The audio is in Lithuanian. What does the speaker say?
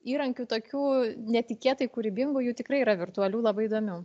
įrankių tokių netikėtai kūrybingų jų tikrai yra virtualių labai įdomių